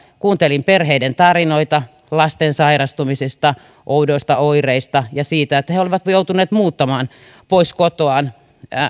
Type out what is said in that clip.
kuuntelin perheiden tarinoita lasten sairastumisista oudoista oireista ja siitä että he he olivat joutuneet muuttamaan pois kotoaan